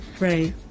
right